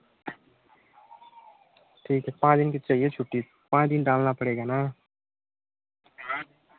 ठीक है पाँच दिन की चाहिए छुट्टी पाँच दिन डालना पड़ेगा ना